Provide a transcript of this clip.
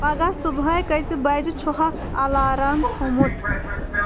پَگاہ صُبحٲے کٔژِ بَجہِ چھُہَکھ الارام تھوٚمُت